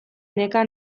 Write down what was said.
neka